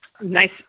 Nice